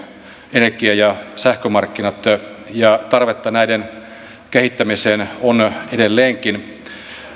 energia ja sähkömarkkinat ja tarvetta näiden kehittämiseen on edelleenkin